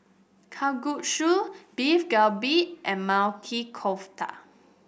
Kalguksu Beef Galbi and Kofta